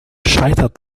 scheitert